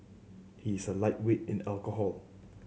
he is a lightweight in alcohol